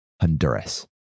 Honduras